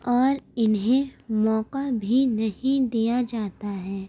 اور انہیں موقع بھی نہیں دیا جاتا ہے